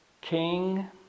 king